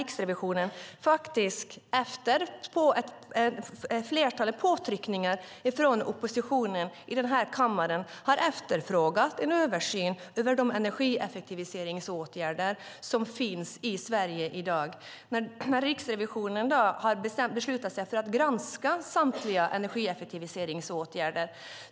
Riksrevisionen har efter ett flertal påtryckningar från oppositionen i kammaren där den har efterfrågat en översyn av de energieffektiviseringsåtgärder som finns i Sverige beslutat sig för att granska samtliga energieffektiviseringsåtgärder.